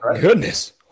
goodness